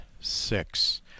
six